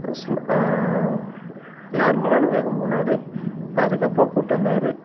நார்மலான வேகம் போனார் பாதுகாப்பாக கூட்டி வந்தார்